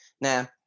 now